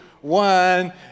one